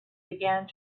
began